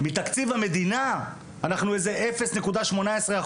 מתקציב המדינה אנחנו איזה 0.18%,